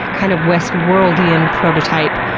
kind of westworld-ian prototype.